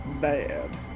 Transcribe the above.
bad